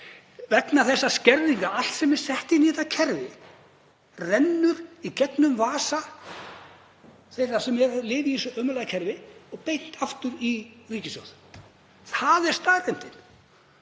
Vegna skerðinga. Allt sem er sett inn í þetta kerfi rennur í gegnum vasa þeirra sem lifa í þessu ömurlega kerfi og beint aftur í ríkissjóð. Það er staðreyndin.